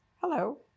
Hello